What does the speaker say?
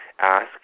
ask